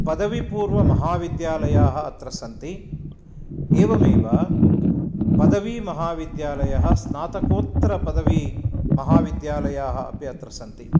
पदवीपूर्वमहाविद्यालयाः अत्र सन्ति एवमेव पदवीमहाविद्यालयः स्नातकोत्तरपदवीमहाविद्यालयाः अपि अत्र सन्ति